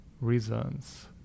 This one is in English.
reasons